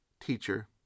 Teacher